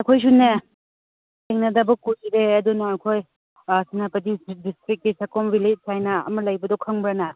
ꯑꯩꯈꯣꯏꯁꯨꯅꯦ ꯊꯦꯡꯅꯗꯕ ꯀꯨꯏꯔꯦ ꯑꯗꯨꯅ ꯑꯩꯈꯣꯏ ꯁꯦꯅꯥꯄꯇꯤ ꯗꯤꯁꯇ꯭ꯔꯤꯛꯀꯤ ꯁꯀꯣꯝ ꯕꯤꯜꯂꯦꯖ ꯍꯥꯏꯅ ꯑꯃ ꯂꯩꯕꯗꯣ ꯑꯗꯨ ꯈꯪꯕ꯭ꯔ ꯅꯪ